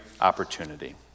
opportunity